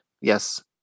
Yes